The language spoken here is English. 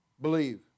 believe